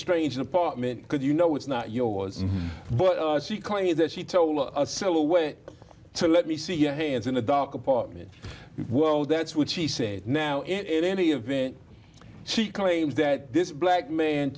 strange apartment because you know it's not yours but she claims that she told a cell away to let me see your hands in the dark apartment whoa that's what she said now in any event she claims that this black man